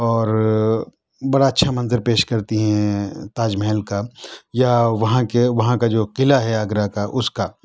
اور بڑا اچھا منظر پیش کرتی ہیں تاج محل کا یا وہاں کے وہاں کا جو قلعہ ہے آگرہ کا اُس کا